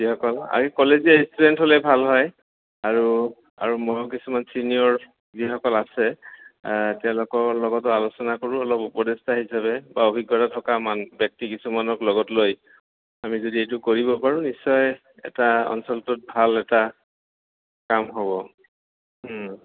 যিসকল আৰু কলেজীয়া ষ্টুডেণ্ট হ'লে ভাল হয় আৰু আৰু মই কিছুমান চিনিয়ৰ যিসকল আছে তেওঁলোকৰ লগতো আলোচনা কৰোঁ অলপ উপদেষ্ঠা হিচাপে বা অভিজ্ঞতা থকা মান ব্যক্তি কিছুমানক লগত লৈ আমি যদি এইটো কৰিব পাৰোঁ নিশ্চয় এটা অঞ্চলটোত ভাল এটা কাম হ'ব